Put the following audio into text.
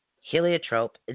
heliotrope